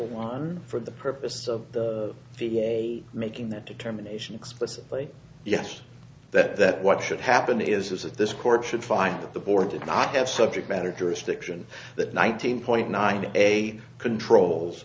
one for the purpose of the way making that determination explicitly yes that that what should happen is that this court should find that the board did not have subject matter jurisdiction that nineteen point nine a controls